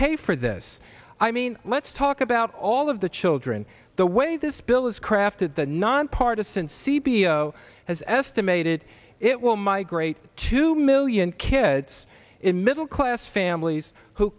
pay for this i mean let's talk about all of the children the way this bill is crafted the nonpartisan see below has estimated it will migrate two million kids in middle class families who